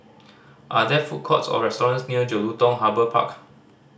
are there food courts or restaurants near Jelutung Harbour Park